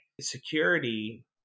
security